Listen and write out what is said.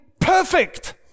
perfect